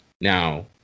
Now